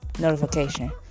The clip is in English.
notification